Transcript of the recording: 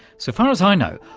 so far as i know,